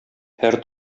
һәр